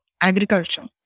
agriculture